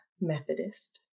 Methodist